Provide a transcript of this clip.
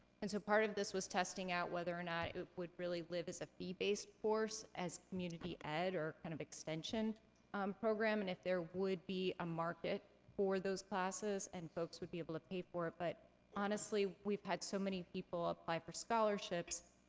and so part of this was testing out whether or not it would really live as a fee-based course, as community ed, or kind of an extension program, and if there would be a market for those classes, and folks would be able to pay for it. but honestly, we've had so many people apply for scholarships,